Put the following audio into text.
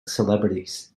celebrities